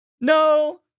No